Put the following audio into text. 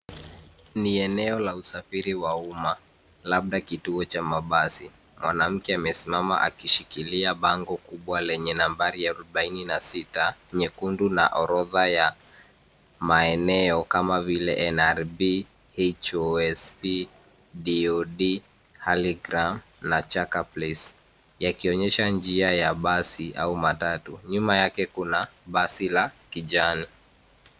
Ni eneo la usafiri wa umma, labda kituo cha mabasi. Mwanamke amesimama akishikilia bango kubwa lenye nambari arubaini na sita, nyekundu na orodha ya maeneo kama vile NRB HOSP, DOD, Hurlingham na Chaka place , yakionyesha njia ya basi au matatu. Nyuma yake kuna basi la kijani.